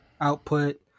output